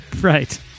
Right